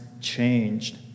changed